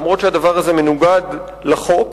אף שהדבר הזה מנוגד לחוק,